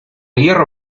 hierro